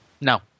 no